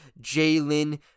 Jalen